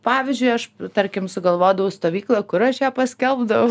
pavyzdžiui aš tarkim sugalvodavau stovyklą kur aš ją paskelbdavau